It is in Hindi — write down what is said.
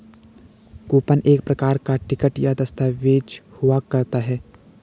कूपन एक प्रकार का टिकट या दस्ताबेज हुआ करता है